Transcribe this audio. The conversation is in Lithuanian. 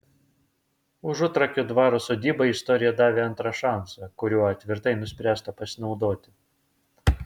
užutrakio dvaro sodybai istorija davė antrą šansą kuriuo tvirtai nuspręsta pasinaudoti